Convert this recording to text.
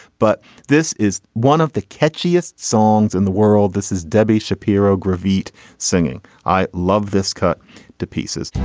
but this is one of the catchiest songs in the world. this is debbie shapiro gravina singing i love this cut to pieces.